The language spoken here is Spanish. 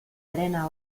arena